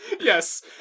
Yes